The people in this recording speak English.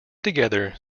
together